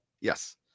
Yes